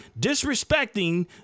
disrespecting